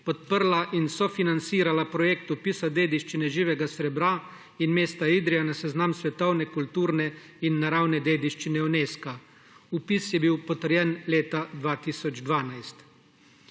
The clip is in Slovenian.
podprlo in sofinanciralo projekt vpisa dediščine živega srebra in mesta Idrije na seznam svetovne kulturne in naravne dediščine Unesca. Vpis je bil potrjen leta 2012.